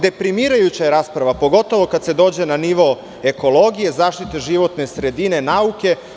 Deprimirajuća je rasprava, pogotovo kad se dođe na nivo ekologije, zaštite životne sredine, nauke.